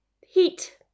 Heat